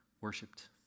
Worshipped